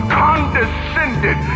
condescended